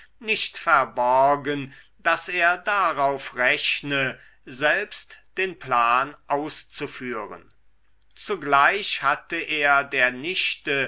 nicht verborgen daß er darauf rechne selbst den plan auszuführen zugleich hatte er der nichte